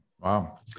wow